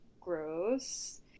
gross